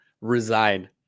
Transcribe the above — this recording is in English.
Resign